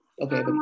okay